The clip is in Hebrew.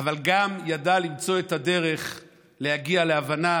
אבל ידע גם למצוא את הדרך להגיע להבנה